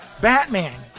Batman